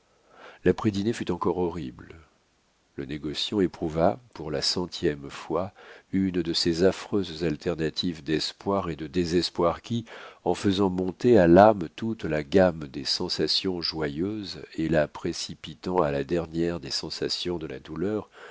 laprès dîner fut encore horrible le négociant éprouva pour la centième fois une de ces affreuses alternatives d'espoir et de désespoir qui en faisant monter à l'âme toute la gamme des sensations joyeuses et la précipitant à la dernière des sensations de la douleur